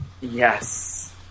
Yes